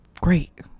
great